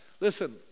Listen